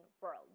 world